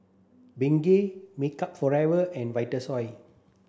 Bengay Makeup Forever and Vitasoy